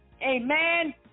Amen